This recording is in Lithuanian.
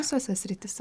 visose srityse